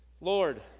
Lord